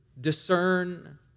discern